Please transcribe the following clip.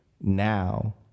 now